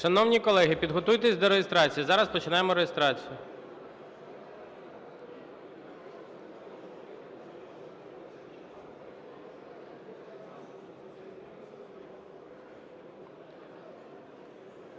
Шановні колеги, підготуйтесь до реєстрації. Зараз починаємо реєстрацію.